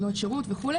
בנות שירות וכו'.